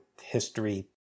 history